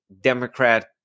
Democrat